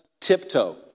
tiptoe